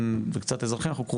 שר